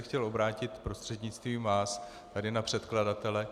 Chtěl bych se obrátit prostřednictvím vás tady na předkladatele.